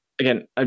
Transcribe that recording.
Again